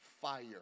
fire